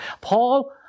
Paul